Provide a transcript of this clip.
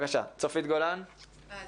צופית גולן, בבקשה.